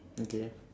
okay